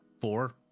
Four